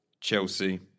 Chelsea